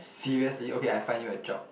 seriously okay I find you a job